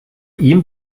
ihm